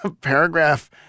paragraph